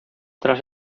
tras